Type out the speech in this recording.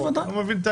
אני לא מבין.